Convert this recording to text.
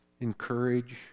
Encourage